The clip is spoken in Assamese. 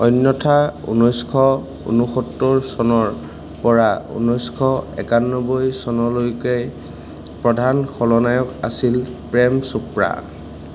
অন্যথা ঊনৈছশ ঊনসত্তৰ চনৰ পৰা ঊনৈছশ একান্নবৈ চনলৈকে প্ৰধান খলনায়ক আছিল প্ৰেম চোপ্ৰা